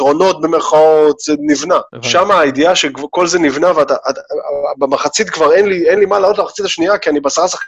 יתרונות במערכות, זה נבנה. שם הידיעה שכל זה נבנה ואתה, במחצית כבר אין לי, אין לי מה לעלות במחצית השנייה כי אני בעשרה...